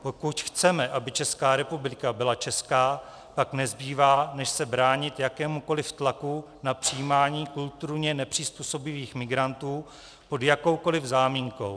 Pokud chceme, aby Česká republika byla česká, pak nezbývá, než se bránit jakémukoliv tlaku na přijímání kulturně nepřizpůsobivých migrantů pod jakoukoliv záminkou.